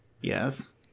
Yes